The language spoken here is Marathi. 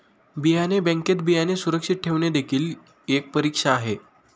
बियाणे बँकेत बियाणे सुरक्षित ठेवणे देखील एक परीक्षा आहे